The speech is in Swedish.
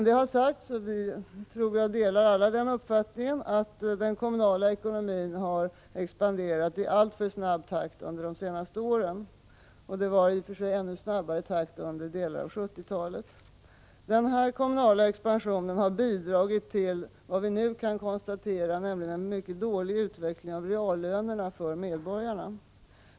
Det har sagts att — och jag tror att alla delar den uppfattningen — den kommunala ekonomin under de senaste åren har expanderat i alltför snabb takt, även om takten var ännu snabbare under delar av 1970-talet. Denna kommunala expansion har bidragit till vad vi nu kan konstatera, nämligen en mycket dålig utveckling av reallönerna för medborgarna.